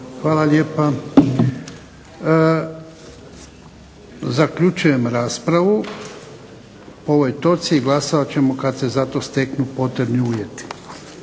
Hvala lijepa. Zaključujem raspravu o ovoj točci i glasovat ćemo kad se za to steknu potrebni uvjeti.